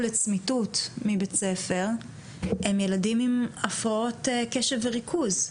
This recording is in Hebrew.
לצמיתות מבית ספר הם ילדים עם הפרעות קשב וריכוז,